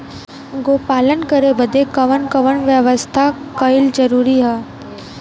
गोपालन करे बदे कवन कवन व्यवस्था कइल जरूरी ह?